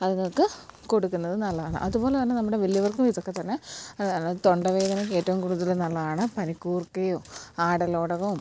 അതിങ്ങൾക്ക് കൊടുക്കുന്നത് നല്ലതാണ് അതുപോലെതന്നെ നമ്മുടെ വലിയവർക്കും ഇതൊക്കെത്തന്നെ തൊണ്ടവേദനയ്ക്ക് ഏറ്റവും കൂടുതല് നല്ലതാണ് പനിക്കൂർക്കയും ആടലോടകവും